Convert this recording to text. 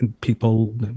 people